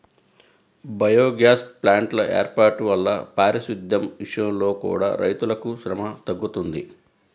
biogas ప్లాంట్ల వేర్పాటు వల్ల పారిశుద్దెం విషయంలో కూడా రైతులకు శ్రమ తగ్గుతుంది